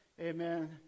Amen